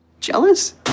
Jealous